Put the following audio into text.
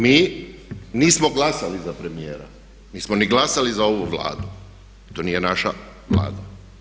Mi nismo glasali za premijera, nismo ni glasali za ovu Vladu, to nije naša Vlada.